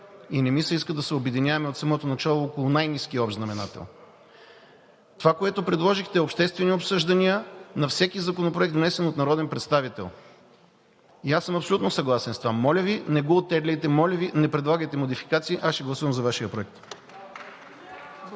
и не ми се иска да се обединяваме от самото начало около най-ниския общ знаменател. Това, което предложихте, е обществени обсъждания на всеки законопроект, внесен от народен представител. Аз съм абсолютно съгласен с това. Моля Ви, не го оттегляйте! Моля Ви, не предлагайте модификации! Аз ще гласувам за Вашия проект.